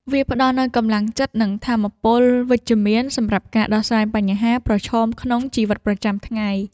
វាផ្ដល់នូវកម្លាំងចិត្ត និងថាមពលវិជ្ជមានសម្រាប់ការដោះស្រាយបញ្ហាប្រឈមក្នុងជីវិតប្រចាំថ្ងៃ។